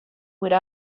would